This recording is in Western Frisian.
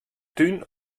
tún